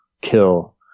kill